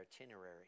itinerary